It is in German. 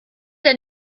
der